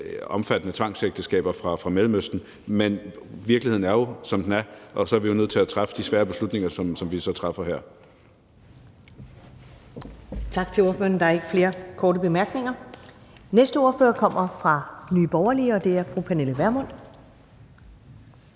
omfang af tvangsægteskaber hidrørende fra Mellemøsten, men virkeligheden er jo, som den er, og så er vi nødt til at træffe de svære beslutninger, som vi så træffer her. Kl. 14:51 Første næstformand (Karen Ellemann): Tak til ordføreren. Der er ikke flere korte bemærkninger. Den næste ordfører kommer fra Nye Borgerlige, og det er fru Pernille Vermund.